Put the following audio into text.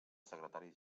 secretari